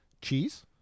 cheese